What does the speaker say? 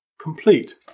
complete